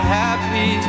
happy